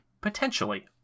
potentially